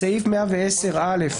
בסעיף 110(א),